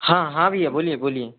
हाँ हाँ भैया बोलिए बोलिए